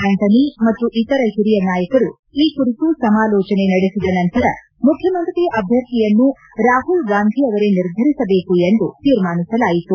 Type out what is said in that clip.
Antony ಮತ್ತು ಇತರ ಹಿರಿಯ ನಾಯಕರು ಈ ಕುರಿತು ಸಮಾಲೋಚನೆ ನಡೆಸಿದ ನಂತರ ಮುಖ್ಯಮಂತ್ರಿ ಅಭ್ಯರ್ಥಿಯನ್ನು ರಾಹುಲ್ ಗಾಂಧಿ ಅವರೇ ನಿರ್ಧರಿಸಬೇಕು ಎಂದು ತೀರ್ಮಾನಿಸಲಾಯಿತು